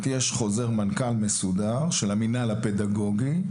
כלומר, יש חוזר מנכ"ל מסודר של המינהל הפדגוגי,